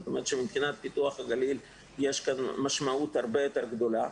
כך שמבחינת פיתוח הגליל יש משמעות יותר גדולה.